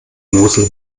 mosel